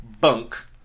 bunk